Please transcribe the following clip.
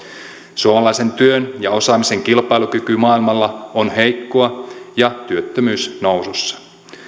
suomalaisen työn ja osaamisen kilpailukyky maailmalla on heikkoa ja työttömyys nousussa